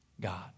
God